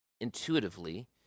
Intuitively